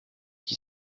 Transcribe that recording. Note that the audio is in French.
qui